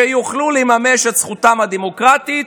שיוכלו לממש את זכותם הדמוקרטית,